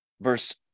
verse